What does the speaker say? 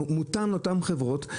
שהוא מותאם לאותן חברות,